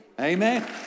Amen